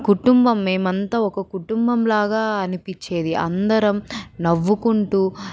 కుటుంబం మేమంతా ఒక కుటుంబం లాగా అనిపించేది అందరం నవ్వుకుంటూ